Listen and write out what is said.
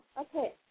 Okay